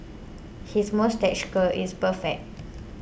his moustache curl is perfect